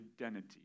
identity